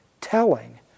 telling